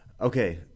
Okay